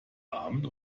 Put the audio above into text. abend